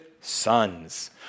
sons